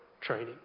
training